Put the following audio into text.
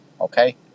okay